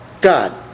God